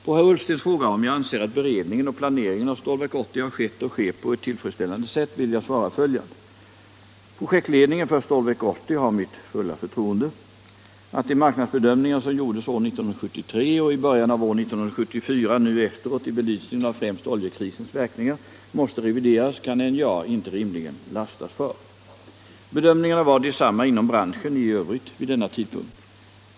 På herr Ullstens fråga om jag anser att beredningen och planeringen av Stålverk 80 har skett och sker på ett tillfredsställande sätt vill jag svara följande. Projektledningen för Stålverk 80 har mitt fulla förtroende. Att de marknadsbedömningar som gjordes år 1973 och i början av år 1974 nu efteråt — i belysningen av främst oljekrisens verkningar — måste revideras kan NJA inte rimligen lastas för. Bedömningarna var desamma inom branschen i övrigt vid denna tidpunkt.